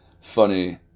funny